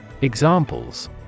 Examples